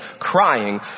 crying